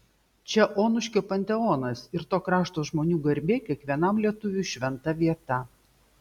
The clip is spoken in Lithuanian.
čia onuškio panteonas ir to krašto žmonių garbė kiekvienam lietuviui šventa vieta